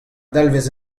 dalvez